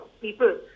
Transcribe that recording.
people